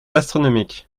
astronomique